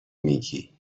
میگی